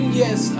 yes